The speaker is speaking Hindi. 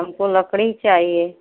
हमको लकड़ी चाहिए